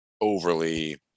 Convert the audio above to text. overly